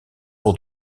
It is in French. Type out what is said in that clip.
pour